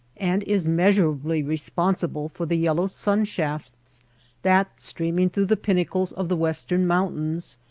and is measur ably responsible for the yellow sunshafts that, streaming through the pinnacles of the western mountains,